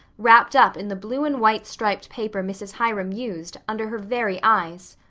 wrapped up in the blue and white striped paper mrs. hiram used, under her very eyes.